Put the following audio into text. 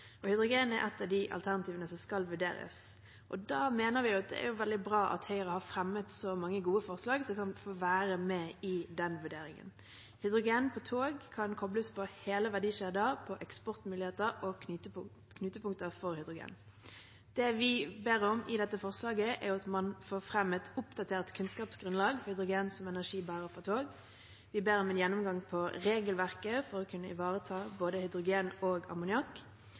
er et av de alternativene som skal vurderes, og da mener vi det er veldig bra at Høyre har fremmet så mange gode forslag som kan være med i den vurderingen. Hydrogen på tog kan kobles på hele verdikjeder, på eksportmuligheter og knutepunkter for hydrogen. Det vi ber om i dette forslaget er at man får fram et oppdatert kunnskapsgrunnlag for hydrogen som energibærer for tog. Vi ber om en gjennomgang av regelverket for å kunne ivareta både hydrogen og